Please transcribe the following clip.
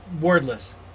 wordless